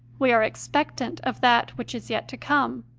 we are expectant of that which is yet to come.